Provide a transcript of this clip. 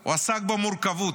הוא עסק במורכבות,